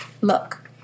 Look